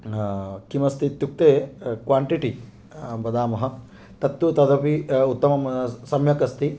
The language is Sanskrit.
किमस्ति इत्युक्ते क्वाण्टिटी वदामः तत्तु तदपि उत्तमं सम्यक् अस्ति